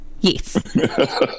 Yes